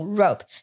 rope，